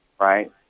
right